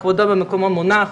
כבודו במקומו מונח,